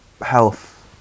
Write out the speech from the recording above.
health